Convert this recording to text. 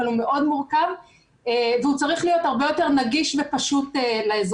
אבל הוא מאוד מורכב והוא צריך להיות הרבה יותר נגיש ופשוט לאזרחים.